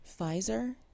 Pfizer